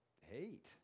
hate